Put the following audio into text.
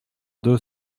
deux